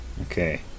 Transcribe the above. Okay